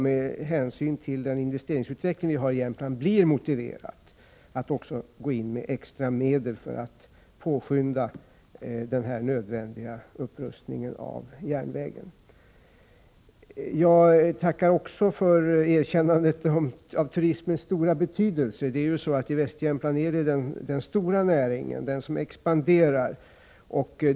Med hänsyn till den investeringsutveckling som pågår i Jämtland tror jag det blir motiverat att gå in med extra medel för att påskynda den nödvändiga upprustningen av järnvägen. Jag tackar också för erkännandet av turismens stora betydelse i Västjämtland. Turismen är där den näring som expanderar.